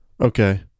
Okay